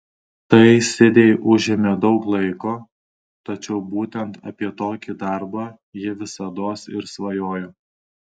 tai sidei užėmė daug laiko tačiau būtent apie tokį darbą ji visados ir svajojo